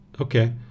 Okay